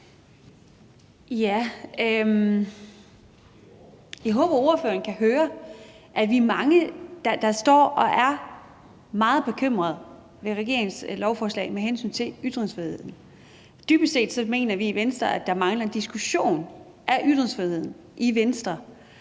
Jeg håber, at ordføreren kan høre, at vi er mange, der står og er meget bekymrede over regeringens lovforslag med hensyn til ytringsfriheden. Dybest set mener vi i Venstre, at der mangler en diskussion af ytringsfriheden. Jeg